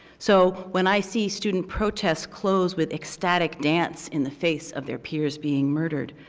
so when i see student protests close with ecstatic dance in the face of their peers being murdered,